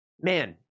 Man